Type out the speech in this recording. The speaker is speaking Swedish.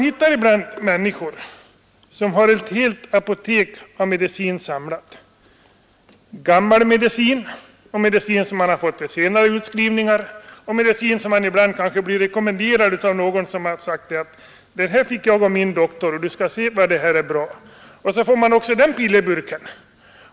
Det finns människor som har ett helt apotek av medicin — gammal medicin och medicin som man har fått senare. Det kan vara medicin som man har blivit rekommenderad av någon bekant som har sagt att ”det här fick jag av min doktor, och du skall se vad det är bra”, och så får man också den pillerburken.